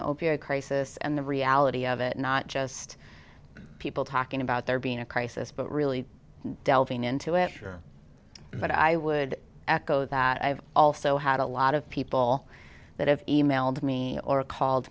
opiate crisis and the reality of it not just people talking about there being a crisis but really delving into it but i would echo that i've also had a lot of people that have e mailed me or called